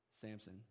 Samson